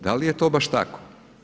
Da li je to baš tako?